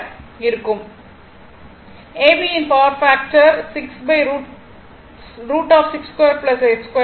ab யின் power factor 6 √62 82 ஆகும்